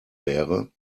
wäre